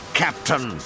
captain